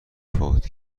فوت